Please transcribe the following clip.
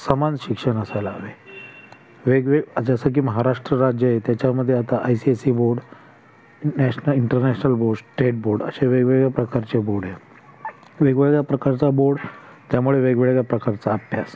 समान शिक्षण असायला हवे वेगवे जसं की महाराष्ट्र राज्य आहे त्याच्यामध्ये आता I C S E board national international board state board असे वेगवेगळ्या प्रकारचे बोड वेगवेगळ्या प्रकारचा बोर्ड आहे त्यामुळे वेगवेगळ्या प्रकारचा अभ्यास